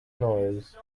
noise